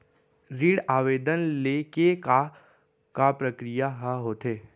ऋण आवेदन ले के का का प्रक्रिया ह होथे?